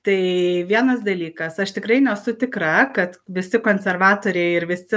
tai vienas dalykas aš tikrai nesu tikra kad visi konservatoriai ir visi